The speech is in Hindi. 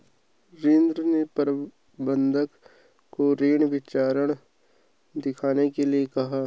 रिद्धी ने प्रबंधक को ऋण विवरण दिखाने के लिए कहा